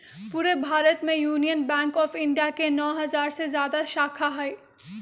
पूरे भारत में Union Bank of India के नौ हजार से जादा शाखा हई